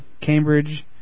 Cambridge